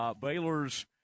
Baylor's